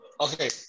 okay